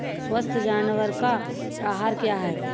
स्वस्थ जानवर का आहार क्या है?